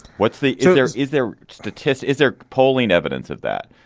what's the issue there? is there the kiss? is there polling evidence of that?